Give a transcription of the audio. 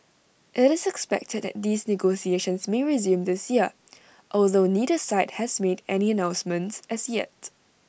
IT is expected that these negotiations may resume this year although neither side has made any announcements as yet